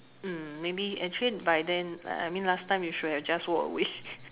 mm maybe actually by then uh I mean last time you should have just walked away